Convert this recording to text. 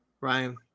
Ryan